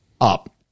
up